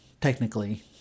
technically